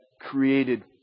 created